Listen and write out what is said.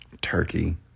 turkey